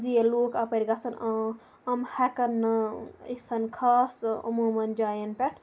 زِ ییٚلہِ لوٗکھ اَپٲرۍ گژھن یِم ہٮ۪کَن نہٕ یِژھن خاص عموٗماً جایَن پٮ۪ٹھ